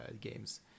games